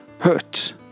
hurt